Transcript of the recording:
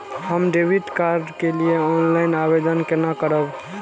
हम debit card के लिए ऑनलाइन आवेदन केना करब?